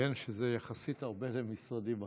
לציין שזה הרבה יחסית למשרדים אחרים.